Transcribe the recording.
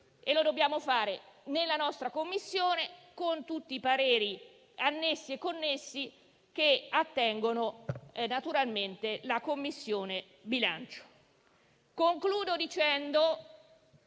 Lo dobbiamo fare nella nostra Commissione, con tutti i pareri annessi e connessi, che attengono naturalmente alla Commissione bilancio. Concludo dicendo